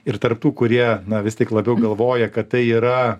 ir tarp tų kurie na vis tik labiau galvoja kad tai yra